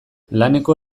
laneko